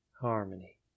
Harmony